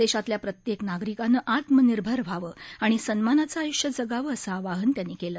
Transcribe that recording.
देशातल्या प्रत्येक नागरिकांनं आत्मनिर्भर व्हावं आणि सन्मानाचं आयुष्य जगावं असं आवाहन त्यांनी केलं